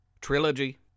trilogy